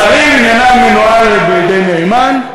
השרים עניינם מנוהל בידי נאמן.